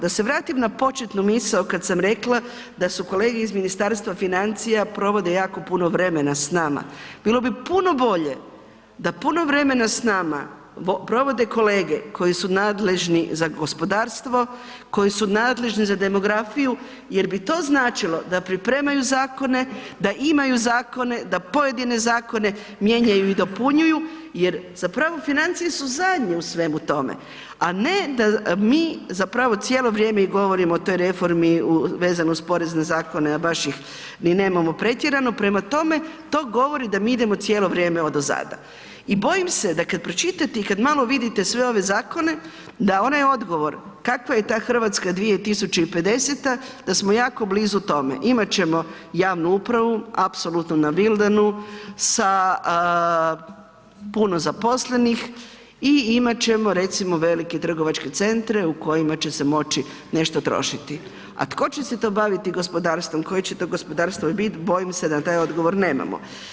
Da se vratim na početnu misao kad sam rekla da su kolege iz Ministarstva financija provode jako puno vremena s nama, bilo bi puno bolje da puno vremena s nama provode kolege koje su nadležni za gospodarstvo, koji su nadležni za demografiju jer bi to značilo da pripremaju zakone, da imaju zakone, da pojedine zakone mijenjaju i dopunjuju jer zapravo financije su zadnje u svemu tome, a ne da mi zapravo cijelo vrijeme i govorimo o toj reformi vezano uz porezne zakone, a baš ih ni nemamo pretjerano, prema tome to govori da mi idemo cijelo vrijeme odozada i bojim se da kad pročitate i kad malo vidite sve ove zakone da onaj odgovor kakva je ta RH 2050., da smo jako blizu tome, imat ćemo javnu upravu apsolutno nabildanu sa puno zaposlenih i imat ćemo recimo velike trgovačke centre u kojima će se moći nešto trošiti, a tko će se to baviti gospodarstvom, koje će to gospodarstvo bit, bojim se da taj odgovor nemamo.